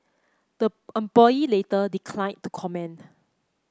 the employee later declined to comment